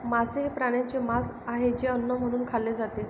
मांस हे प्राण्यांचे मांस आहे जे अन्न म्हणून खाल्ले जाते